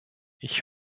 ich